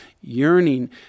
yearning